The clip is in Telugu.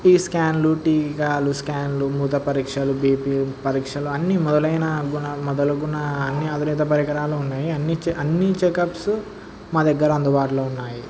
ఈ స్కాన్లు టీకాలు స్కాన్లు మూత్ర పరీక్షలు బీ పీ పరీక్షలు అన్ని మొదలైన మొదలుగున్నవి అన్ని ఆధునిక పరికరాలు ఉన్నాయి అన్ని అన్ని చెకప్స్ మా దగ్గర అందుబాటులో ఉన్నాయి